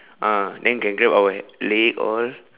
ah then can grab our leg all